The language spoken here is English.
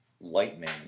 lightning